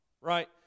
right